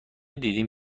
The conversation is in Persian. دیدیم